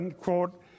quote